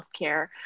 healthcare